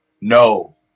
No